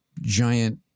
giant